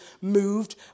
moved